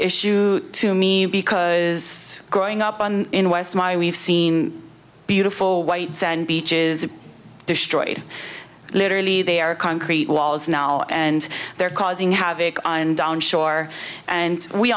issue to me because growing up on in west my we've seen beautiful white sand beach is destroyed literally they are concrete walls now and they're causing havoc on down shore and we